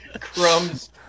crumbs